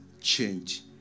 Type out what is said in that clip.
change